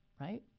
right